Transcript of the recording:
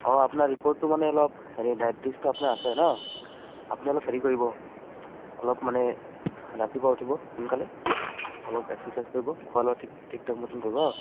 অ' আপোনাৰ ৰিপৰ্টটো মানে অলপ হেৰি ডায়েবেটিচটো আপোনাৰ আছে ন আপুনি অলপ হেৰি কৰিব অলপ মানে ৰাতিপুৱা উঠিব সোনকালে অলপ একচাৰ্চাইজ কৰিব খোৱা লোৱা ঠিক ঠিক টাইমত কৰিব হা